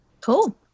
Cool